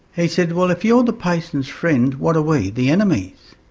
he said well if you're the patient's friend what are we, the enemy?